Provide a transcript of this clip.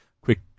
quick